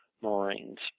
Marines